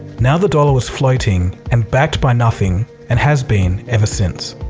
now the dollar was floating and backed by nothing and has been ever since.